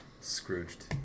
Scrooged